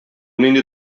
нинди